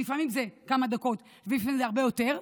שלפעמים זה כמה דקות ולפעמים זה הרבה יותר,